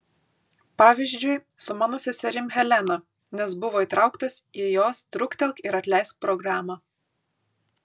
pavyzdžiui su mano seserim helena nes buvo įtrauktas į jos truktelk ir atleisk programą